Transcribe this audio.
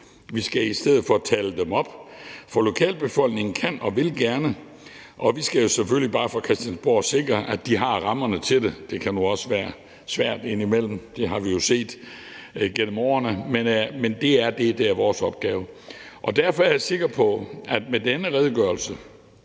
Vi skal i stedet for tale dem op. For lokalbefolkningen kan og vil gerne, og vi skal jo selvfølgelig bare fra Christiansborg sikre, at de har rammerne til det. Det kan nu også være svært indimellem, det har vi jo set gennem årene, men det er det, der er vores opgave. Derfor er jeg sikker på, at med denne redegørelse